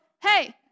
hey